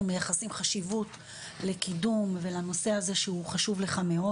מייחסים חשיבות לקידום ולנושא הזה שהוא חשוב לך מאוד,